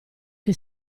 che